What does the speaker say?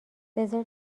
بذار